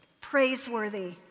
praiseworthy